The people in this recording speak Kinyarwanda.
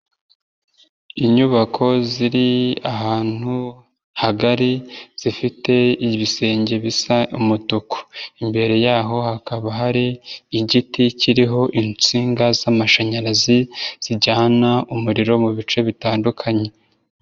Inyubako ziri ahantu hagari zifite ibisenge bisa umutuku, imbere yaho hakaba hari igiti kiriho insinga z'amashanyarazi zijyana umuriro mu bice bitandukanye.